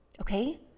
Okay